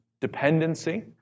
dependency